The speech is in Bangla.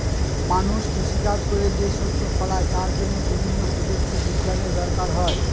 মানুষ কৃষি কাজ করে যে শস্য ফলায় তার জন্য বিভিন্ন প্রযুক্তি বিজ্ঞানের দরকার হয়